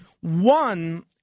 one